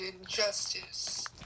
injustice